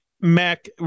Mac